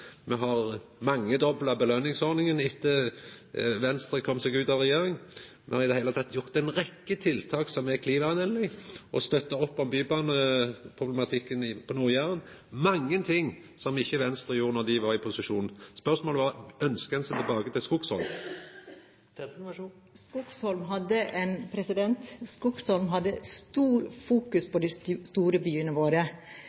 Me har mangedobla belønningsordninga etter at Venstre kom seg ut av regjering. Me støttar opp om bybaneproblematikken på Nord-Jæren. Me har i det heile gjort ei rekkje tiltak som er klimavennlege – mange ting som Venstre ikkje gjorde då dei var i posisjon. Spørsmålet var: Ønskjer ein seg tilbake til Skogsholm? Skogsholm hadde stort fokus